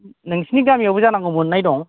नोंसिनि गामियावबो जानांगौ मोन्नाय दं